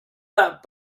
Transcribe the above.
that